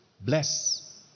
bless